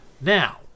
Now